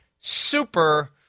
super